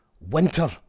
winter